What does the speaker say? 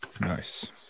nice